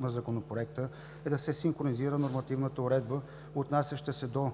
на Законопроекта е да се синхронизира нормативната уредба, отнасяща се до